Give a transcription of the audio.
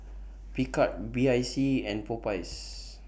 Picard B I C and Popeyes